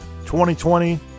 2020